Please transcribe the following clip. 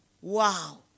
Wow